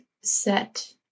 set